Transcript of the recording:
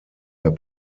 der